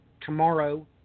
tomorrow